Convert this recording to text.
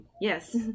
yes